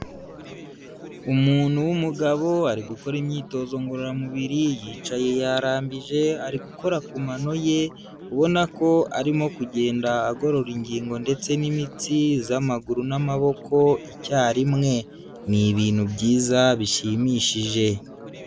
Umuntu w'umugabo ari gukora imyitozo ngororamubiri yicaye yarambije ari gukora ku mano ye, ubona ko arimo kugenda agorora ingingo ndetse n'imitsi za'maguru n'amaboko icyarimwe. Ni ibintu byiza bishimishije.